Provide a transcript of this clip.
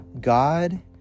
God